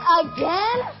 again